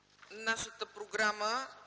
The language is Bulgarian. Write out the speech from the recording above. Вашата програма.